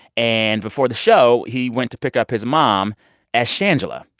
and before the show, he went to pick up his mom as shangela,